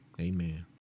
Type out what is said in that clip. Amen